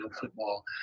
football